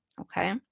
okay